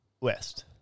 West